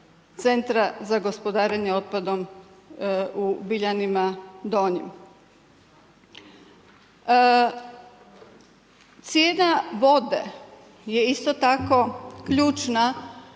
centra za gospodarenje otpadom u Biljanjima Donjim. Cijena vode je isto tako ključna